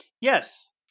Yes